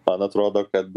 man atrodo kad